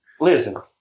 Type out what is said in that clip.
Listen